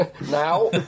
Now